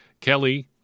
Kelly